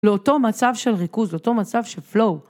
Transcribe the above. לאותו מצב של ריכוז, לאותו מצב של פלואו.